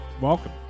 welcome